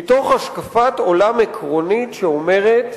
מתוך השקפת עולם עקרונית, שאומרת: